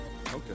Okay